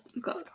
got